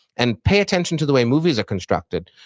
and pay attention to the way movies are constructed.